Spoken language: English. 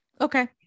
okay